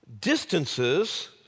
distances